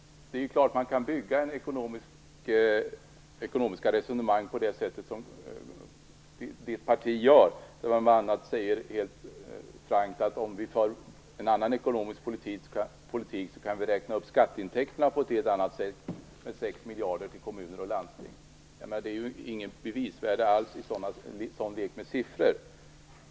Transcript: Det är klart att man kan bygga ekonomiska resonemang som Chatrine Pålssons parti gör. Man säger helt frankt att man med en annan ekonomisk politik kan räkna upp skatteintäkterna på ett helt annat sätt - 6 miljarder till kommuner och landsting. Det är inget värde alls i en sådan lek med siffror.